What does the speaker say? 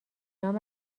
نام